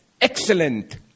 excellent